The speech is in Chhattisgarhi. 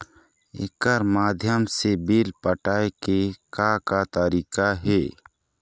एकर माध्यम से बिल पटाए के का का तरीका हे?